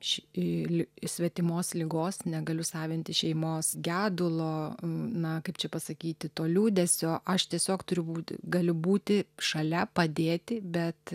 ši svetimos ligos negaliu savintis šeimos gedulo na kaip čia pasakyti to liūdesio aš tiesiog turiu būti galiu būti šalia padėti bet